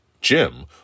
Jim